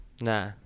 Nah